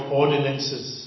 ordinances